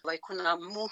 vaikų namų